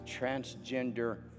transgender